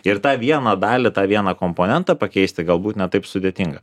ir tą vieną dalį tą vieną komponentą pakeisti galbūt ne taip sudėtinga